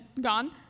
gone